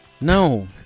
No